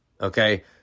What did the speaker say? okay